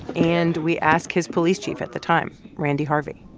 and we ask his police chief at the time, randy harvey.